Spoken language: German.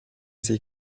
sie